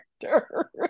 character